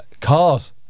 cars